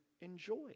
enjoy